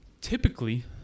typically